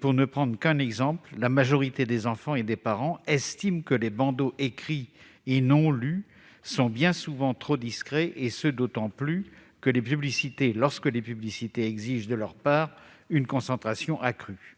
Pour ne prendre qu'un exemple, la majorité des enfants et des parents estiment que les bandeaux écrits et non lus sont bien souvent trop discrets, et ce d'autant plus lorsque les publicités exigent de leur part une concentration accrue.